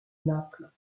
naples